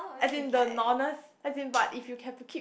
as in the as in but if you can keep